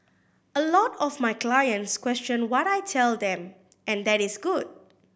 a lot of my clients question what I tell them and that is good